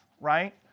right